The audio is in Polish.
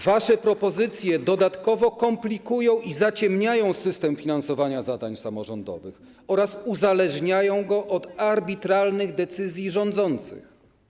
Wasze propozycje dodatkowo komplikują i zaciemniają system finansowania zadań samorządowych oraz uzależniają go od arbitralnych decyzji rządzących.